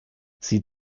sie